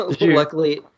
Luckily